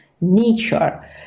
nature